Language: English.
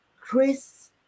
Chris